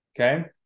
okay